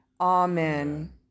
Amen